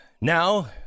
Now